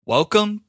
Welcome